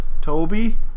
Toby